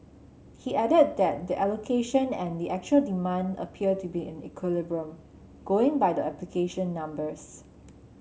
he added that the allocation and the actual demand appeared to be in equilibrium going by the application numbers